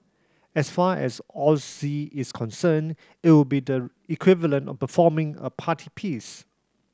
as far as O Z is concerned it would be the equivalent of performing a party piece